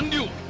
you